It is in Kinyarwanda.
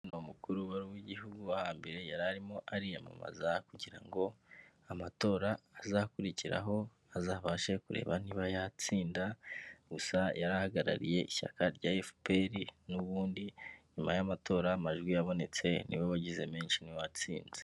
Umukuru wari uw'igihugu w 'ahambere yari arimo ariyamamaza kugira ngo amatora azakurikiraho azabashe kureba niba yatsinda, gusa yarihagarariye ishyaka rya FPR n'ubundi nyuma y'amatora amajwi yabonetse niwe wagize menshi niwe watsinze